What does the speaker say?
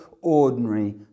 ordinary